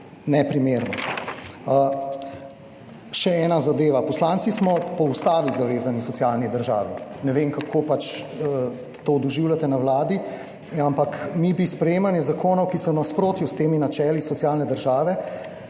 neprimerno. Še ena zadeva. Poslanci smo po ustavi zavezani socialni državi. Ne vem, kako to doživljate na Vladi, ampak mi bi za sprejemanje zakonov, ki so v nasprotju s temi načeli socialne države,